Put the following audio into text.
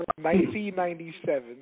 1997